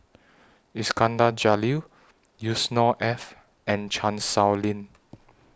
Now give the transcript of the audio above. Iskandar Jalil Yusnor Ef and Chan Sow Lin